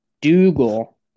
Dougal